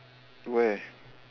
where